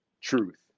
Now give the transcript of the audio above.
truth